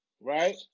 Right